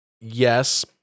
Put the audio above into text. Yes